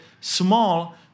small